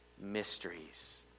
mysteries